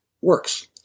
works